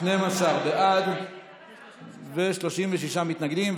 12 בעד ו-36 מתנגדים.